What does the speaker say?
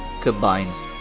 combines